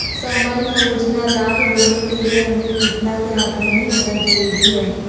सामान्य योजना लाभ लेने के लिए हमें कितना के आमदनी होना जरूरी है?